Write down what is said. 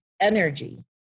energy